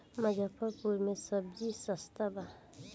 मुजफ्फरपुर में सबजी सस्ता बा